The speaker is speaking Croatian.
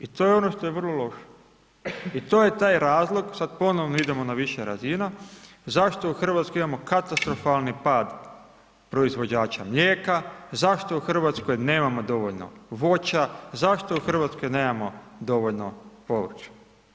I to je ono što je vrlo loše i to je taj razlog, sad ponovno idemo na više razina, zašto u Hrvatskoj imamo katastrofalni pad proizvođača mlijeka, zašto u Hrvatskoj nemamo dovoljno voća, zašto u Hrvatskoj nemamo dovoljno povrća.